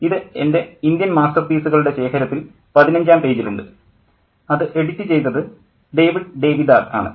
ഇത് എൻ്റെ Indian master പീസുകളുടെ ശേഖരത്തിൽ 15 ാം പേജിലുണ്ട് അത് എഡിറ്റ് ചെയ്തത് ഡേവിഡ് ഡേവിദാർ ആണ്